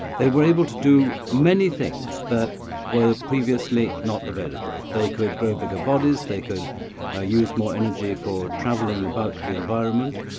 they were able to do many things that were previously not available. they could grow bigger bodies. they could ah use more energy for traveling about the environment.